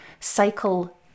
cycle